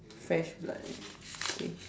fresh blood eh okay